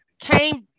came